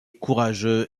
courageux